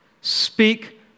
speak